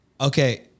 Okay